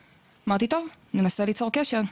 אמרתי טוב, ננסה ליצור קשר.